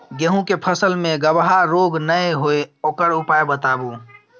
गेहूँ के फसल मे गबहा रोग नय होय ओकर उपाय बताबू?